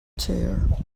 tear